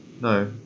No